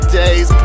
days